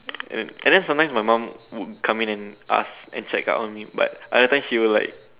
and then and then sometimes my mum would come in and ask and check up on me but other times she would like